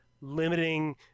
limiting